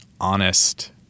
honest